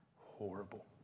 horrible